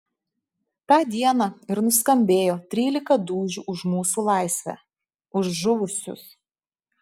tą dieną ir nuskambėjo trylika dūžių už mūsų laisvę už žuvusius